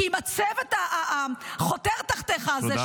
כי עם הצוות החותר תחתיך הזה,